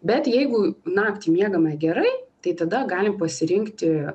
bet jeigu naktį miegame gerai tai tada galim pasirinkti